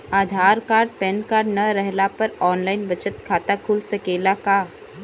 आधार card PAN card न रहला पर आन लाइन बचत खाता खुल सकेला का?